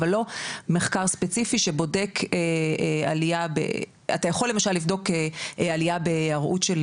אבל לא מחקר ספציפי שבודק עלייה ב- אתה יכול למשל לבדוק עלייה בסרטן,